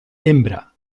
hembra